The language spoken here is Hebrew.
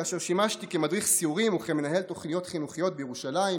כאשר שימשתי כמדריך סיורים וכמנהל תוכניות חינוכיות בירושלים,